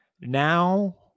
now